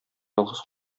ялгыз